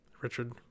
Richard